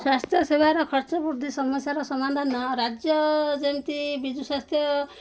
ସ୍ୱାସ୍ଥ୍ୟ ସେବାର ଖର୍ଚ୍ଚ ବୃଦ୍ଧି ସମସ୍ୟାର ସମାଧାନ ରାଜ୍ୟ ଯେମିତି ବିଜୁ ସ୍ୱାସ୍ଥ୍ୟ